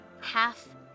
half